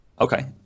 okay